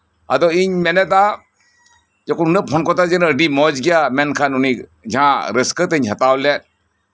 ᱟᱫᱚ ᱤᱧ ᱢᱮᱱᱮᱫᱟ ᱡᱮᱠᱷᱚᱱ ᱯᱷᱳᱱ ᱠᱚ ᱦᱟᱛᱟᱣ ᱦᱚᱪᱚ ᱠᱮᱫᱤᱧᱟ ᱟᱹᱰᱤ ᱢᱚᱸᱡᱽ ᱜᱮᱭᱟ ᱢᱮᱱᱠᱷᱟᱱ ᱡᱟᱦᱟᱸ ᱨᱟᱹᱥᱠᱟᱹ ᱛᱤᱧ ᱦᱟᱛᱟᱣ ᱞᱮᱫ